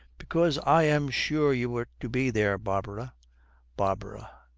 because i am sure you were to be there, barbara barbara.